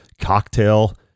cocktail